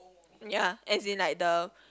ya as in like the